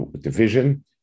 division